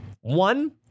One